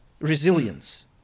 resilience